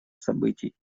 событий